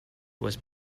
was